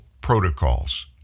protocols